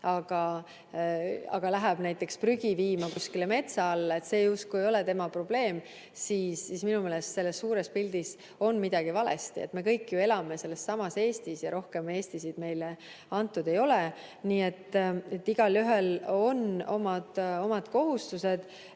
aga läheb näiteks prügi viima kuskile metsa alla, sest see justkui ei ole tema probleem, siis minu meelest on juba suures pildis midagi valesti. Me kõik elame ju sellessamas Eestis ja rohkem Eestisid meile antud ei ole. Nii et igalühel on oma kohustused.